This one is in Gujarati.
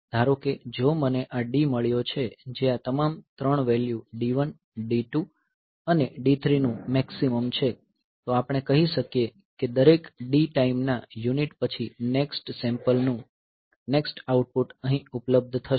ધારો કે જો મને આ D મળ્યો છે જે આ તમામ 3 વેલ્યુ D1 D2 અને D3 નું મેક્સીમમ છે તો આપણે કહી શકીએ કે દરેક D ટાઈમના યુનિટ પછી નેક્સ્ટ સેમ્પલ નું નેક્સ્ટ આઉટપુટ અહીં ઉપલબ્ધ થશે